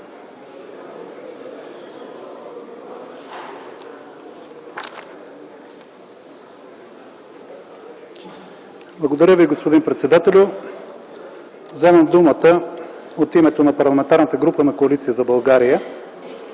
Благодаря Ви, господин председателю. Вземам думата от името на Парламентарната група на Коалиция за България